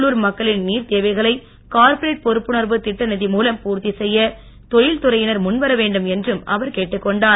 உள்ளூர் மக்களின் நீர் தேவைகளை கார்ப்ரேட் பொறுப்புணர்வு திட்ட நிதி மூலம் பூர்த்தி செய்ய தொழில் துறையினர் முன் வர வேண்டும் என்றும் அவர் கேட்டுக் கொண்டார்